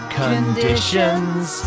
conditions